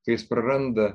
kai jis praranda